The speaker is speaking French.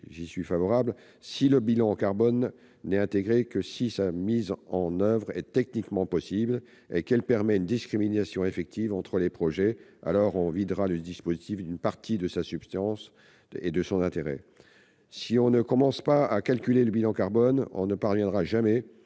limitations ajoutées. Si le bilan carbone n'est intégré qu'à condition que sa mise en oeuvre soit techniquement possible et qu'elle permette une discrimination effective entre les projets, alors on videra le dispositif d'une partie de sa substance et de son intérêt. Si on ne commence pas par calculer le bilan carbone, on ne parviendra jamais